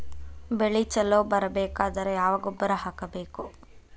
ಬೆಳಿ ಛಲೋ ಬರಬೇಕಾದರ ಯಾವ ಗೊಬ್ಬರ ಹಾಕಬೇಕು?